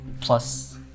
plus